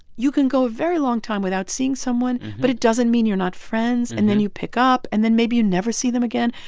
you can go a very long time without seeing someone, but it doesn't mean you're not friends. and then you pick up, and then maybe you never see them again.